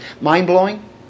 Mind-blowing